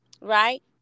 Right